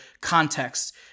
context